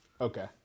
Okay